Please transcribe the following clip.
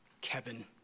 Kevin